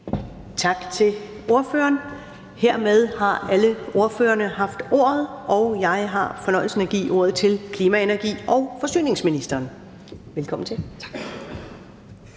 Tak til ordføreren. Hermed har alle ordførerne haft ordet, og jeg har fornøjelsen af at give ordet til klima-, energi- og forsyningsministeren. Velkommen til.